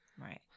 Right